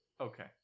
Okay